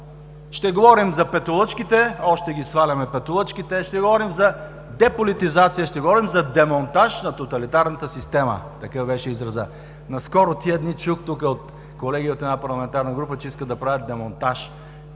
ще говорим за петолъчките – още ги сваляме, ще говорим за деполитизация, ще говорим за демонтаж на тоталитарната система, такъв беше изразът. Наскоро чух тук от колеги от една парламентарна група, че искат да правят демонтаж